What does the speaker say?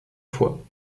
fois